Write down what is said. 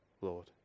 Lord